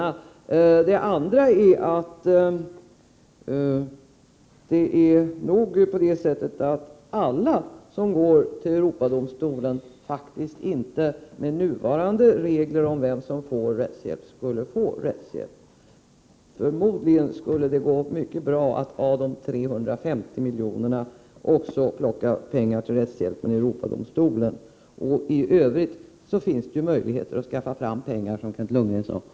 För det andra skulle nog enligt nuvarande regler inte alla som vänder sig till Europadomstolen och begär rättshjälp få sådan. Förmodligen skulle det gå mycket bra att ta en del av de 350 miljonerna till rättshjälpen i Europadomstolen. För övrigt finns det möjligheter att ta fram pengar, som Kent Lundgren sade.